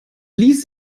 ließ